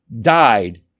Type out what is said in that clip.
died